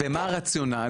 ומה הרציונל?